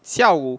下午